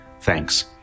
thanks